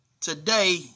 Today